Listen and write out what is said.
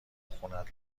خونت